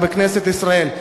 בכנסת ישראל.